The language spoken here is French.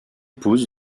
pousse